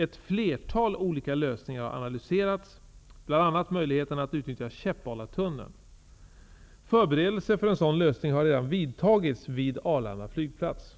Ett flertal olika lösningar har analyserats bl.a. möjligheten att utnyttja Käppalatunneln. Förberedelser för en sådan lösning har redan vidtagits vid Arlanda flygplats.